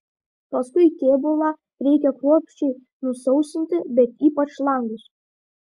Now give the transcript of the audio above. paskui kėbulą reikia kruopščiai nusausinti bet ypač langus